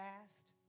fast